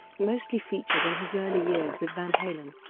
mostly featured in his early years with van halen.